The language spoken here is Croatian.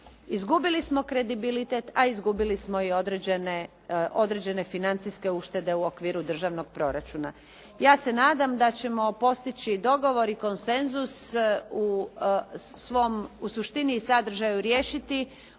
Izgubili smo kredibilitet a izgubili smo i određene financijske uštede u okviru državnog proračuna. Ja se nadam da ćemo postići dogovor i konsenzus u suštini i sadržaju riješiti